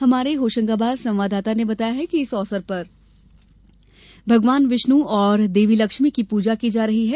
हमारे होशंगाबाद संवाददाता ने बताया है कि इस अवसर पर भगवान विष्ण और देवी लक्ष्मी की पूजा की जायेगी